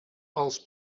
els